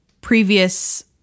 previous